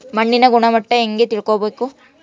ಮಣ್ಣಿನ ಗುಣಮಟ್ಟ ಹೆಂಗೆ ತಿಳ್ಕೊಬೇಕು?